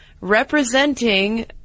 representing